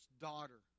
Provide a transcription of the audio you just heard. daughter